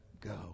go